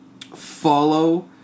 follow